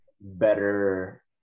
better